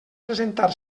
presentar